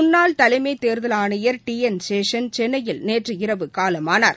முன்னாள் தலைமைத் தேர்தல் ஆணையர் டி என் சேஷன் சென்னையில் நேற்றிரவு காலமானார்